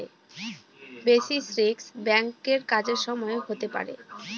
basis risk ব্যাঙ্কের কাজের সময় হতে পারে